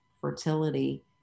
fertility